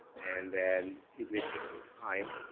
and then it will take some time.